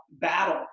battle